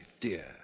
dear